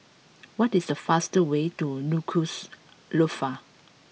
what is the fast way to Nuku'alofa